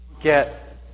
get